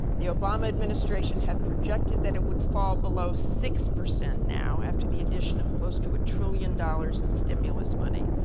the obama administration had projected that it would fall below six percent now after the addition of close to a trillion dollars in stimulus money.